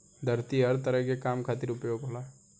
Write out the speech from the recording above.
धरती हर तरह के काम खातिर उपयोग होला